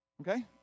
Okay